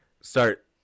start –